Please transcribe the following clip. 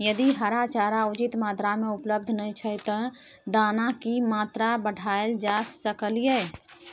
यदि हरा चारा उचित मात्रा में उपलब्ध नय छै ते दाना की मात्रा बढायल जा सकलिए?